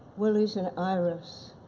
willi's an iris,